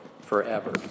forever